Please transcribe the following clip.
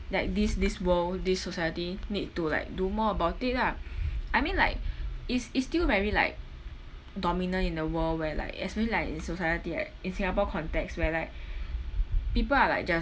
that this this world this society need to like do more about it ah I mean like is is still very like dominant in the world where like especially like in society like in singapore context where like people are like just